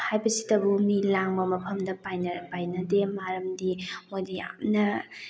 ꯍꯥꯏꯕꯁꯤꯗꯕꯨ ꯃꯤ ꯂꯥꯡꯕ ꯃꯐꯝꯗ ꯄꯥꯏꯅ ꯄꯥꯏꯅꯗꯦ ꯃꯔꯝꯗꯤ ꯃꯣꯏꯗꯤ ꯌꯥꯝꯅ